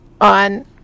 on